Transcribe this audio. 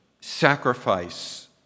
sacrifice